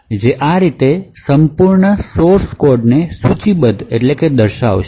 જે આ રીતે સંપૂર્ણ સોર્સકોડને સૂચિબદ્ધ કરશે